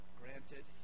granted